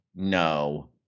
No